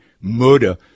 murder